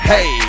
Hey